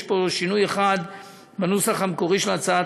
יש פה שינוי אחד בנוסח המקורי של הצעת